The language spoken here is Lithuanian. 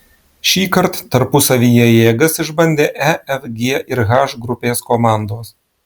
šįkart tarpusavyje jėgas išbandė e f g ir h grupės komandos